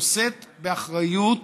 נושאת באחריות